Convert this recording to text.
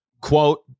quote